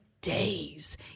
days